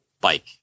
bike